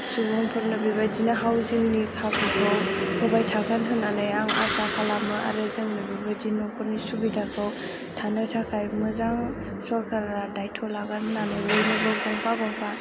सुबुंफोरनो बेबायदिनो हाउसिंनि खाबुखौ होबाय थागोन होननानै आं आसा खालामो आरो जोंनो बेबायदि न'खरनि सुबिदाखौ थानो थाखाय मोजां सरकारा दायथ' लागोन होननानै बयनोबो गंफा गंफा